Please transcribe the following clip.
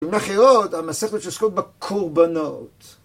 אם נחירות המסכת שעוסקות בקורבנות